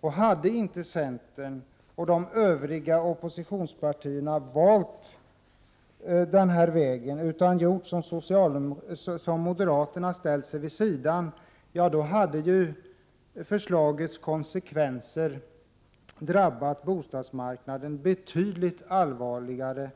Om centern och de övriga oppositionspartierna inte hade valt denna väg utan gjort som moderaterna, dvs. ställt sig vid sidan, hade förslagets konsekvenser drabbat bostadsmarknaden betydligt allvarligare